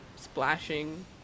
Splashing